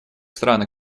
страны